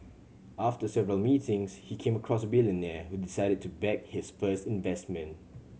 after several meetings he came across a billionaire who decided to back his first investment